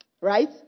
right